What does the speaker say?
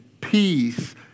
peace